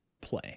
play